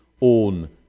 own